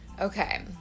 Okay